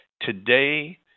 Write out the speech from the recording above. Today